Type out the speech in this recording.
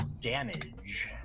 damage